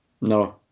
no